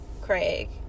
Craig